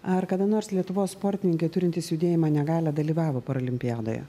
ar kada nors lietuvos sportininkai turintys judėjimo negalią dalyvavo paralimpiadoje